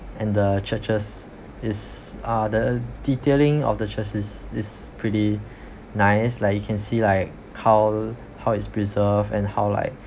and the churches is uh the detailing of the church is is pretty nice like you can see like how how is preserved and how like